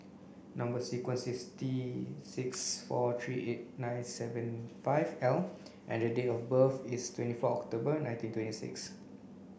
number sequence is T six four three eight nine seven five L and date of birth is twenty four October nineteen twenty six